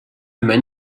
man